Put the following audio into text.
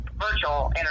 virtual